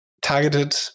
targeted